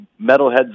metalheads